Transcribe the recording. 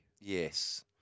Yes